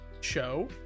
show